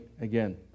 again